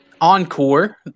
Encore